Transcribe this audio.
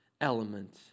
element